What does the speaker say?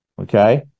Okay